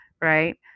right